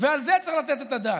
ועל זה צריך לתת את הדעת.